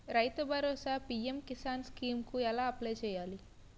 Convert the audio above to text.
రైతు Bharosa PM Kisan scheme కు ఎలా అప్లయ్ చేయాలి?